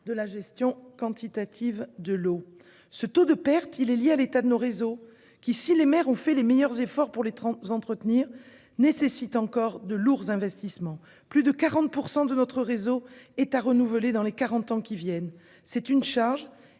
de la gestion quantitative de l'eau. Ce taux de perte est lié à l'état de nos réseaux, lesquels, même si les maires ont fait les meilleurs efforts pour les entretenir, nécessitent encore de lourds investissements. Plus de 40 % de notre réseau devra être renouvelé dans les quarante ans qui viennent. C'est une charge